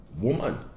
woman